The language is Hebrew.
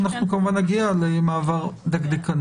אנחנו כמובן נגיע למעבר דקדקני.